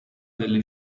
delle